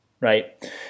right